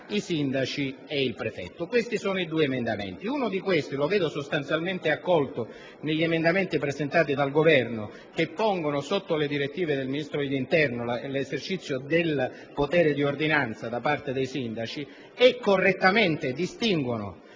i sindaci e il prefetto. Questi sono i due emendamenti presentati. Poiché l'emendamento 6.1 viene sostanzialmente accolto negli emendamenti presentati dal Governo che pongono sotto le direttive del Ministro dell'interno l'esercizio del potere di ordinanza da parte dei sindaci e correttamente distinguono